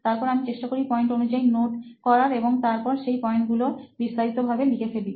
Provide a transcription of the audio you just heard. তারপর আমি চেষ্টা করি পয়েন্ট অনুযায়ী নোট করার এবং তারপর সেই পয়েন্টগুলো বিস্তারিত ভাবে লিখে ফেলি